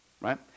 Right